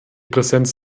präsenz